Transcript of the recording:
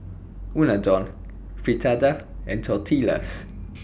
Unadon Fritada and Tortillas